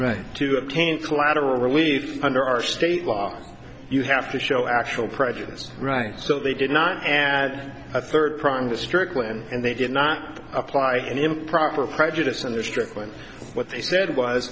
right to obtain collateral relief under our state law you have to show actual prejudice right so they did not and i third prime district land and they did not apply any improper cry judas under strickland what they said w